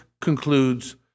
concludes